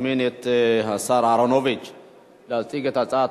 ציפי חוטובלי, אורי אורבך,